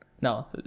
No